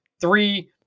Three